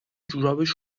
جورابش